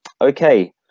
okay